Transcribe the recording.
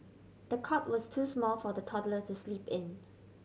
the cot was too small for the toddler to sleep in